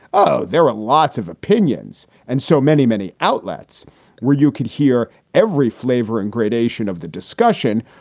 oh, there are lots of opinions and so many, many outlets where you could hear every flavor and gradation of the discussion,